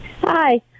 Hi